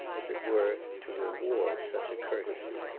as it were, to reward such a courtesy.